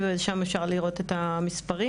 שם אפשר לראות את המספרים.